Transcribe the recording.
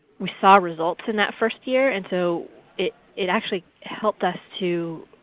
we saw results in that first year. and so it it actually helped us to